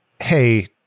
hey